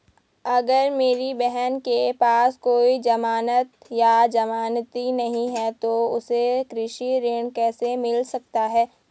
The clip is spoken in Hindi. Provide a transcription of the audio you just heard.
अगर मेरी बहन के पास कोई जमानत या जमानती नहीं है तो उसे कृषि ऋण कैसे मिल सकता है?